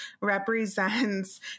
represents